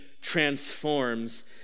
transforms